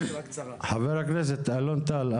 חבר הכנסת אלון טל,